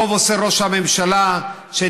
טוב עושה ראש הממשלה שנלחם,